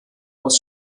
aus